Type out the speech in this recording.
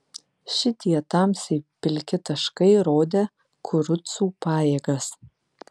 šitie tamsiai pilki taškai rodė kurucų pajėgas